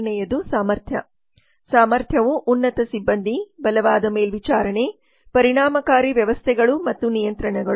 ಮೊದಲನೆಯದು ಸಾಮರ್ಥ್ಯ ಸಾಮರ್ಥ್ಯವು ಉನ್ನತ ಸಿಬ್ಬಂದಿ ಬಲವಾದ ಮೇಲ್ವಿಚಾರಣೆ ಪರಿಣಾಮಕಾರಿ ವ್ಯವಸ್ಥೆಗಳು ಮತ್ತು ನಿಯಂತ್ರಣಗಳು